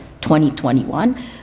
2021